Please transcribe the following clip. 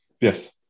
yes